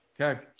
okay